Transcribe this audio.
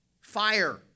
Fire